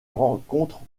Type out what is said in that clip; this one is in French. rencontre